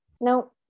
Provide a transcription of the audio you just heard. No